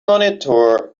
monitor